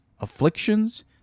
afflictions